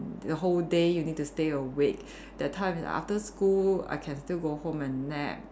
the whole day you need to stay awake that time is after school I can still go home and nap